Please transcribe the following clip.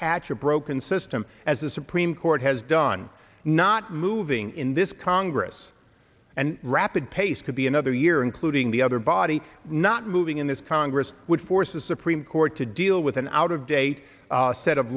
patch a broken system as the supreme court has done not moving in this congress and rapid pace could be another year including the other body not moving in this congress would force the supreme court to deal with an out of date set of